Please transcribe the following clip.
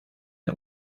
der